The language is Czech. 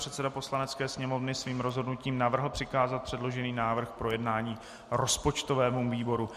Předseda Poslanecké sněmovny svým rozhodnutím navrhl přikázat předložený návrh k projednání rozpočtovému výboru.